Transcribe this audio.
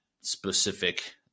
specific